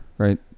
Right